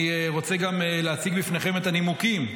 אני רוצה להציג בפניכם את הנימוקים